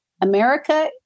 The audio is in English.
America